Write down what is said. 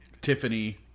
Tiffany